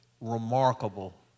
remarkable